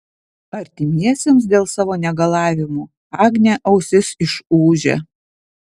artimiesiems dėl savo negalavimų agnė ausis išūžia